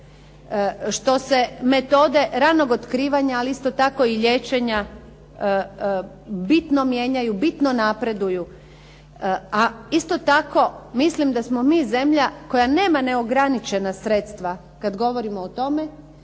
što se metode ranog otkrivanja ali isto tako i liječenja bitno mijenjaju, bitno napreduju a isto tako mislim da smo mi zemlja koja nema neograničena sredstva kad govorimo o tome